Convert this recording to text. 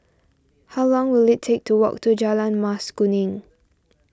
how long will it take to walk to Jalan Mas Kuning